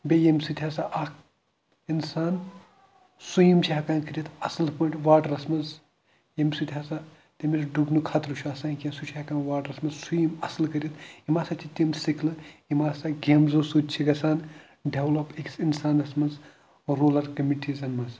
بیٚیہِ یمہِ سۭتۍ ہَسا اکھ اِنسان سوِم چھ ہیٚکان کٔرِتھ اَصل پٲٹھۍ واٹرَس مَنٛز یمہِ سۭتۍ ہَسا تٔمِس ڈُبنُک خَطرٕ چھُنہٕ آسان کینٛہہ سُہ چھُ ہیٚکان واٹرَس مَنٛز سوم اَصل کٔرِتھ یِم ہَسا چھِ تِم سِکلہٕ یِم ہَسا گیمزو سۭتۍ چھِ گَژھان ڈیٚولَپ أکِس اِنسانَس مَنٛز روٗلَر کٔمیٖٹیٖزَن مَنٛز